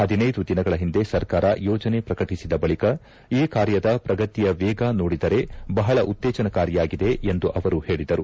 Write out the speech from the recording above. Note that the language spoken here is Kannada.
ಪದಿನೈದು ದಿನಗಳ ಒಂದೆ ಸರ್ಕಾರ ಯೋಜನೆ ಪ್ರಕಟಿಸಿದ ಬಳಿಕ ಈ ಕಾರ್ಯದ ಪ್ರಗತಿಯ ವೇಗ ನೋಡಿದರೆ ಬಹಳ ಉತ್ತೇಜನಕಾರಿಯಾಗಿದೆ ಎಂದು ಅವರು ಹೇಳಿದರು